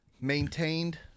maintained